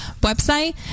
website